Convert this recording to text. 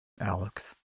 Alex